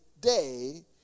day